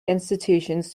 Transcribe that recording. institutions